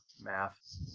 math